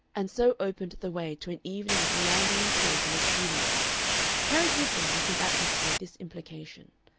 and so opened the way to an evening of meandering talk in a studio carried with them like an atmosphere this implication,